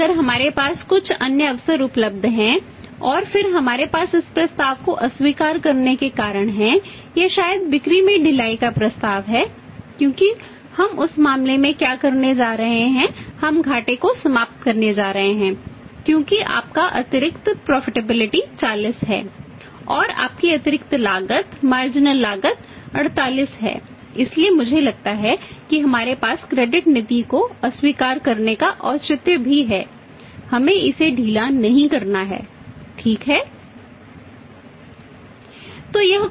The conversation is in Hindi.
लेकिन अगर हमारे पास कुछ अन्य अवसर उपलब्ध हैं फिर हमारे पास इस प्रस्ताव को अस्वीकार करने का कारण है या शायद बिक्री में ढिलाई का प्रस्ताव है क्योंकि हम उस मामले में क्या करने जा रहे हैं हम घाटे को समाप्त करने जा रहे हैं क्योंकि आपका अतिरिक्त प्रॉफिटेबिलिटी नीति को अस्वीकार करने का औचित्य भी है हमें इसे ढीला नहीं करना चाहिए ठीक है